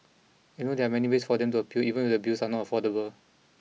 and they know there are many ways for them to appeal even if the bills are not affordable